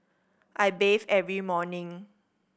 I bathe every morning